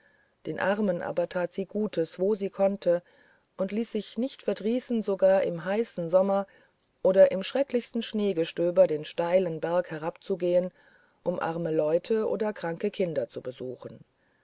den armen aber tat sie gutes wo sie konnte und ließ es sich nicht verdrießen sogar im heißen sommer oder im schrecklichsten schneegestöber den steilen berg herabzugehen um arme leute oder kranke kinder zu besuchen